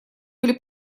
были